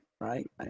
right